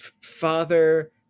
father